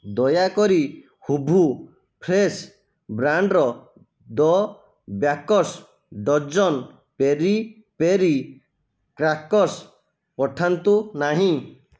ଦୟାକରି ହୂଭୁ ଫ୍ରେଶ ବ୍ରାଣ୍ଡ୍ର the bakers dozen peri peri crackers ପଠାନ୍ତୁ ନାହିଁ